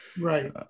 Right